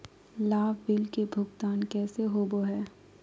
लाभ बिल के भुगतान कैसे होबो हैं?